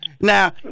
Now